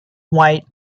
white